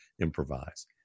improvise